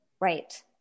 right